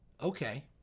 okay